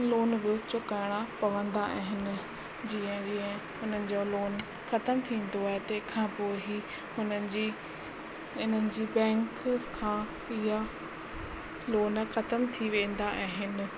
loan बि चुकाइणा पवंदा आहिनि जीअं जीअं उन्हनि जो लोन ख़तमु थींदो आहे तंहिंखां पोइ ई हुननि जी इन्हनि जी बैंक खां इहा लोन ख़तमु थी वेंदा आहिनि